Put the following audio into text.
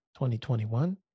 2021